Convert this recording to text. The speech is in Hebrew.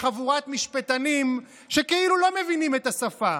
לחבורת משפטנים שכאילו לא מבינים את השפה.